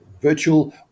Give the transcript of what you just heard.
virtual